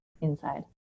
inside